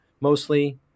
mostly